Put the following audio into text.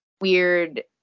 weird